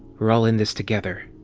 we're all in this together.